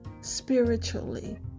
spiritually